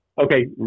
Okay